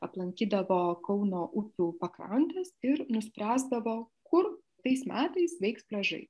aplankydavo kauno upių pakrantes ir nuspręsdavo kur tais metais veiks pliažai